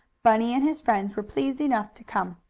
bunny and his friends were pleased enough to come.